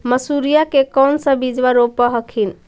मसुरिया के कौन सा बिजबा रोप हखिन?